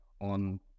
on